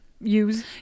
Use